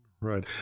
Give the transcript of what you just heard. right